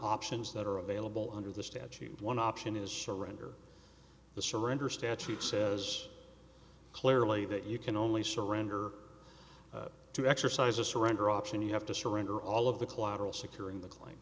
options that are available under the statute one option is surrender the surrender statute says clearly that you can only surrender to exercise a surrender option you have to surrender all of the collateral securing the cla